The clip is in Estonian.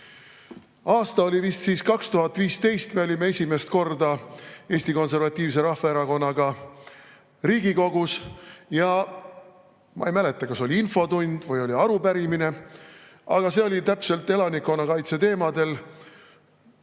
Aasta oli siis vist 2015, me olime esimest korda Eesti Konservatiivse Rahvaerakonnaga Riigikogus. Ma ei mäleta, kas oli infotund või oli arupärimine, aga see oli täpselt elanikkonnakaitse teemadel.